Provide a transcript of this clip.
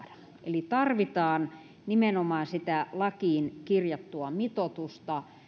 eli tarvitaan nimenomaan sitä lakiin kirjattua mitoitusta